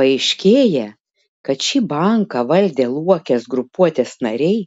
paaiškėja kad šį banką valdę luokės grupuotės nariai